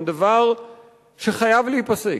הם דבר שחייב להיפסק.